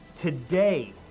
Today